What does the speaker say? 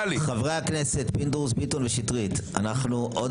אנחנו עוד